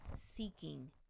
seeking